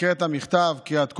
הקראת מכתב, קריאת קודש.